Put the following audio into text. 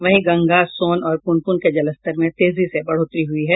वहीं गंगा सोन और पुनपुन के जलस्तर में तेजी से बढ़ोतरी हुयी है